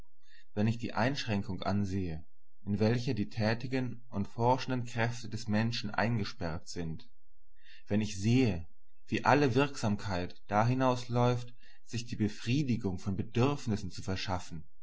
wenn ich die einschränkung ansehe in welcher die tätigen und forschenden kräfte des menschen eingesperrt sind wenn ich sehe wie alle wirksamkeit dahinaus läuft sich die befriedigung von bedürfnissen zu verschaffen